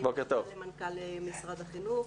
אני משנה למנכ"ל משרד החינוך.